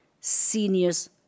Seniors